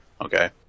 Okay